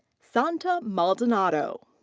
santa maldonado.